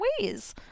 ways